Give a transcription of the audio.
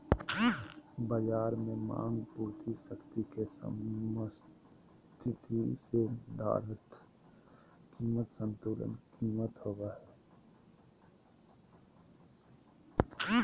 बज़ार में मांग पूर्ति शक्ति के समस्थिति से निर्धारित कीमत संतुलन कीमत होबो हइ